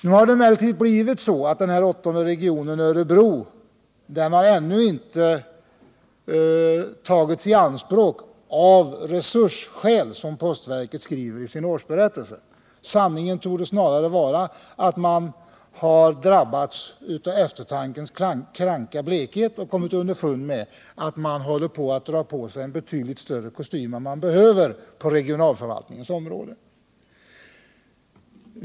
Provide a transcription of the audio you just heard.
Nu har det emellertid blivit så att den åttonde regionen Örebro ännu inte tagits i anspråk ”av resursskäl”, som postverket skriver i sin årsberättelse. Sanningen torde snarare vara att man har drabbats av eftertankens kranka blekhet och kommit underfund med att man håller på att dra på sig en betydligt större kostym än man behöver på regionalförvaltningens område.